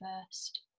first